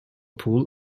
pool